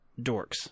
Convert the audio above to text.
dorks